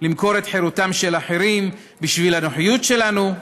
למכור את חירותם של אחרים בשביל הנוחיות שלנו?